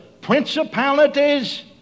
principalities